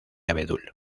abedul